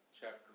chapter